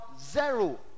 zero